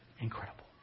Incredible